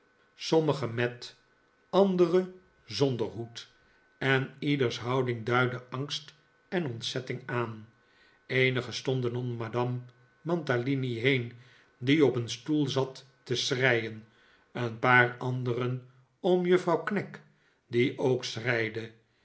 sommige met andere zonder hoed en ieders houding duidde angst en ontzetting aan eenigen stonden om madame mantalini heen die op een stoel zat te schreien een paar anderen om juffrouw knag die ook